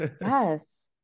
Yes